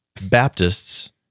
Baptists